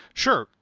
sure.